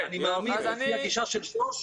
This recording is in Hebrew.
אני מאמין לפי הגישה של שוש,